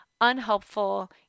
unhelpful